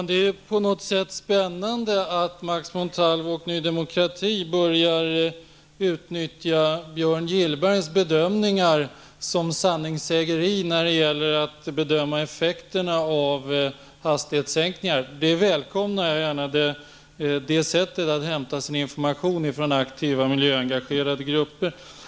Fru talman! Det är spännande att Max Montalvo och Ny Demokrati börjar hänvisa till Björn Gillbergs bedömningar som ett sanningssägande när det gäller att bedöma effekterna av hastighetssänkningar. Jag välkomnar det sättet att inhämta information från aktiva miljöengagerade grupper.